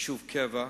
יישוב קבע,